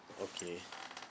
okay